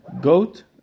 goat